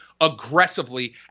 aggressively